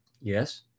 yes